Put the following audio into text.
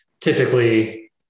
typically